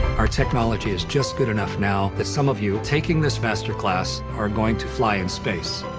our technology is just good enough now that some of you taking this masterclass are going to fly in space.